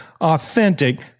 authentic